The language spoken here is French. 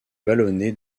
vallonné